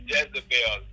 Jezebel